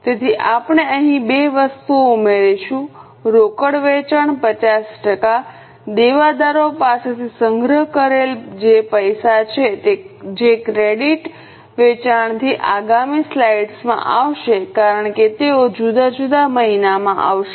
તેથી આપણે અહીં બે વસ્તુઓ ઉમેરીશું રોકડ વેચાણ 50 ટકા દેવાદારો પાસેથી સંગ્રહ કરેલ જે પૈસા છે જે ક્રેડિટ વેચાણથી આગામી સ્લાઇડ્સમાં આવશે કારણ કે તેઓ જુદા જુદા મહિનામાં આવશે